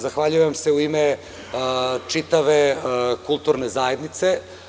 Zahvaljujem se u ime čitave kulturne zajednice.